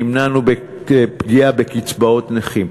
נמנענו מפגיעה בקצבאות נכים.